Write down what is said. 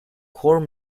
core